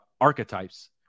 archetypes